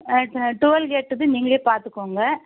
ஆ இப்போ டோல்கேட்டுக்கு நீங்களே பார்த்துக்கோங்க